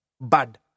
Bad